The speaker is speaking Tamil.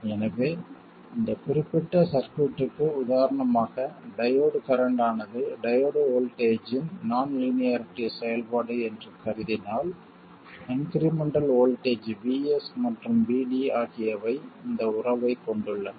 எனவே இந்த குறிப்பிட்ட சர்க்யூட்க்கு உதாரணமாக டையோடு கரண்ட் ஆனது டையோடு வோல்ட்டேஜ்ஜின் நான் லீனியாரிட்டி செயல்பாடு என்று கருதினால் இன்க்ரிமென்ட்டல் வோல்ட்டேஜ் VS மற்றும் VD ஆகியவை இந்த உறவைக் கொண்டுள்ளன